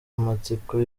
amatsiko